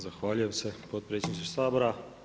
Zahvaljujem se potpredsjedniče Sabora.